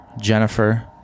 Jennifer